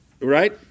Right